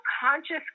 conscious